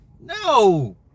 No